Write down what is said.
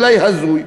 אולי הזוי,